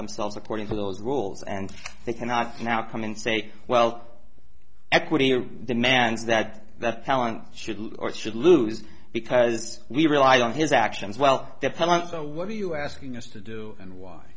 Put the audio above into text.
themselves according to those rules and they cannot now come and say well equity or demands that that talent should or should lose because we relied on his actions well depend on so what are you asking us to do and why